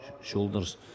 shoulders